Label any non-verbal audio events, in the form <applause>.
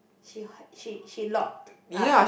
she <breath> she she locked up